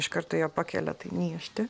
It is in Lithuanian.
iš karto ją pakelia tai niežti